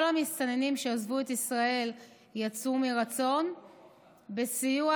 כל המסתננים שעזבו את ישראל יצאו מרצון בסיוע